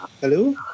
Hello